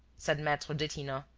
said maitre detinan,